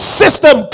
system